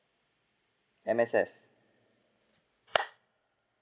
M_S_F